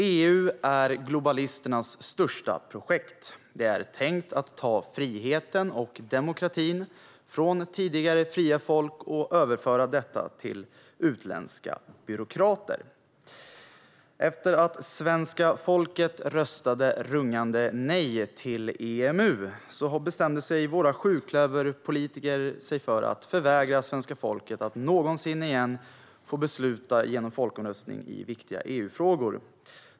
EU är globalisternas största projekt. Det är tänkt att ta friheten och demokratin från tidigare fria folk och överföra detta till utländska byråkrater. Efter att svenska folket hade röstat ett rungande nej till EMU bestämde sig våra sjuklöverpolitiker för att förvägra svenska folket att någonsin igen få besluta genom folkomröstning i viktiga EU-frågor.